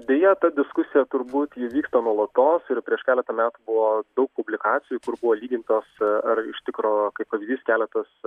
deja ta diskusija turbūt ji vyksta nuolatos ir prieš keletą metų buvo daug publikacijų kur buvo lygintos ar iš tikro kaip pavyzdys keletas